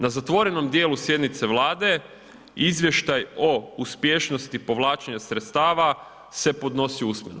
Na zatvorenom dijelu sjednice Vlade izvještaj o uspješnosti povlačenja sredstava se podnosi usmeno.